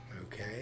Okay